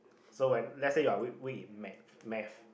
so when let's say you're weak weak in Math Math